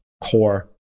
core